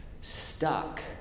Stuck